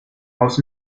aus